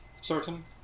certain